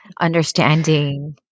understanding